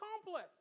accomplice